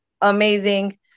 amazing